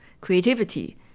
creativity